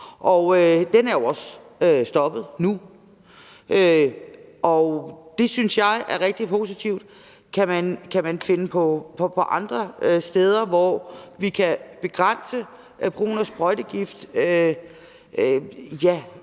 Den er jo også stoppet nu. Det synes jeg er rigtig positivt. Kan man finde andre steder, hvor vi kan begrænse brugen af sprøjtegift?